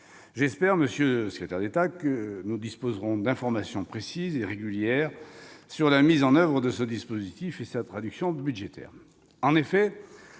J'espère, monsieur secrétaire d'État, que nous disposerons d'informations précises et régulières sur la mise en oeuvre de ce dispositif et sa traduction budgétaire.